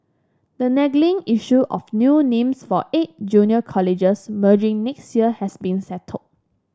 the niggling issue of new names for eight junior colleges merging next year has been settled